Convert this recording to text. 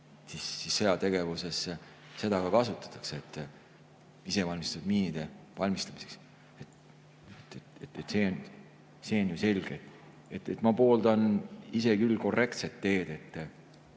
siis sõjategevuses kasutatakse seda isevalmistatud miinide valmistamiseks. See on ju selge. Ma pooldan ise küll korrektset teed.